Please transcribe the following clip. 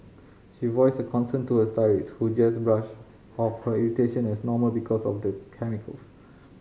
she voiced her concern to her stylist who just brushed off her irritation as normal because of the chemicals